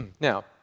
Now